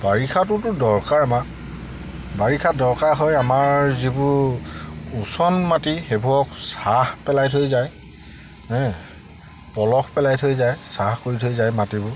বাৰিষাটোতো দৰকাৰ আমাৰ বাৰিষা দৰকাৰ হয় আমাৰ যিবোৰ ওচন মাটি সেইবোৰক চাহ পেলাই থৈ যায় পলস হে পেলাই থৈ যায় চাহ কৰি থৈ যায় মাটিবোৰ